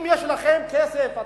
אם יש לכם כסף,